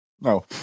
No